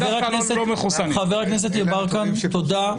חבר הכנסת יברקן, תודה.